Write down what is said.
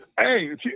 Hey